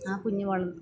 ആ കുഞ്ഞു വള